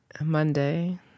Monday